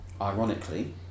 ironically